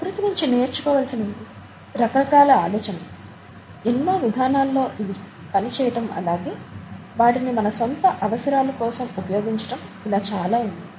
ప్రకృతి నించి నేర్చుకోవలసినవి రకరకాల ఆలోచనలు ఎన్నో విధానాల్లో పని చేయటం అలాగే వాటిని మన సొంత అవసరాల కోసం ఉపయోగించటం ఇలా చాలా ఉన్నాయి